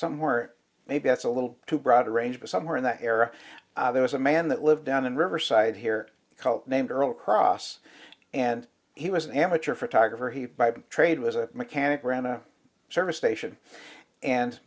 somewhere maybe that's a little too broad a range but somewhere in that area there was a man that lived down in riverside here called named earl cross and he was an amateur photographer he by trade was a mechanic ran a service station and